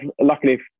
luckily